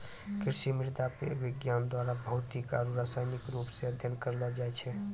कृषि मृदा विज्ञान द्वारा भौतिक आरु रसायनिक रुप से अध्ययन करलो जाय छै